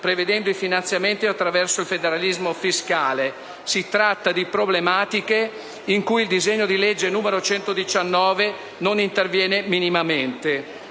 prevedendo i finanziamenti attraverso il federalismo fiscale. Si tratta di problematiche in cui il disegno di legge n. 119 non interviene minimamente.